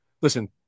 listen